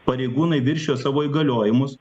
pareigūnai viršijo savo įgaliojimus